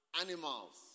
animals